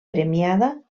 premiada